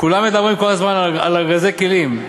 כולם מדברים כל הזמן על ארגזי כלים.